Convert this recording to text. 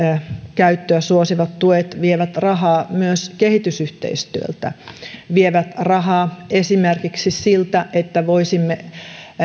käyttöä suosivat tuet vievät rahaa myös kehitysyhteistyöltä vievät rahaa esimerkiksi siltä että voisimme